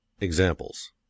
Examples